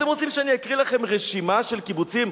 אתם רוצים שאני אקריא לכם רשימה של קיבוצים?